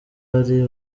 hari